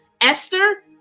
Esther